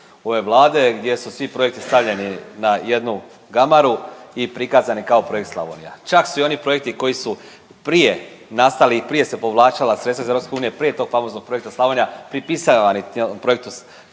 ove Vlade gdje su svi projekti stavljeni na jednu gamaru i prikazani kao projekt Slavonija. Čak su i oni projekti koji su prije nastali i prije se povlačila sredstva iz EU, prije tog famoznog projekta Slavonija pripisivani projektu Slavonija,